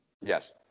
Yes